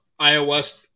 iOS